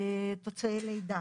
לתוצאי לידה.